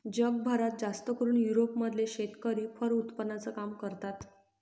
जगभरात जास्तकरून युरोप मधले शेतकरी फर उत्पादनाचं काम करतात